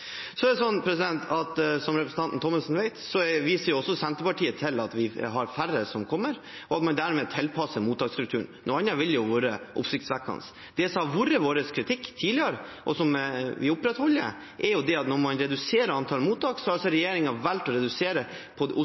Som representanten Thommessen vet, viser også Senterpartiet til at vi har færre som kommer, og at man dermed tilpasser mottaksstrukturen. Noe annet ville være oppsiktsvekkende. Det som har vært vår kritikk tidligere, og som vi opprettholder, er at når man reduserer antall mottak, har regjeringen valgt å redusere hos de kommunale og ideelle, mens de private ikke har opplevd samme nedgangen i antall mottak som de har i drift. Det